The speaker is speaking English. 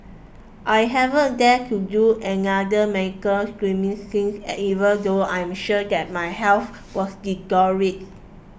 I haven't dared to do another screening since even though I am sure that my health has